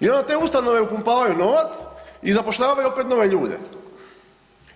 I onda te ustanove upumpavaju novac i zapošljavaju opet nove ljude